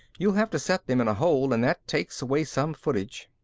you'd have to set them in a hole and that takes away some footage.